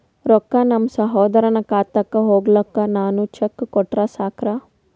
ರೊಕ್ಕ ನಮ್ಮಸಹೋದರನ ಖಾತಕ್ಕ ಹೋಗ್ಲಾಕ್ಕ ನಾನು ಚೆಕ್ ಕೊಟ್ರ ಸಾಕ್ರ?